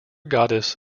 goddess